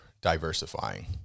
diversifying